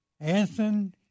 Anthony